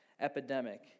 epidemic